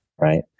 right